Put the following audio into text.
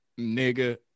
Nigga